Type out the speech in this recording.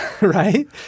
right